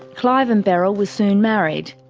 clive and beryl were soon married.